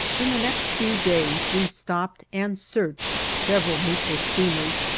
in the next few days we stopped and searched several neutral steamers,